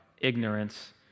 ignorance